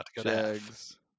Jags